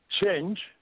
change